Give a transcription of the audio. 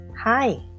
Hi